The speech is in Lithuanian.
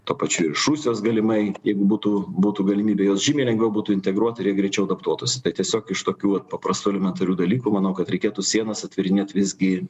tuo pačiu ir iš rusijos galimai jeigu būtų būtų galimybė juos žymiai lengviau būtų integruot ir jie greičiau adaptuotųsi tai tiesiog iš tokių vat paprastų elementarių dalykų manau kad reikėtų sienas atvėrinėt visgi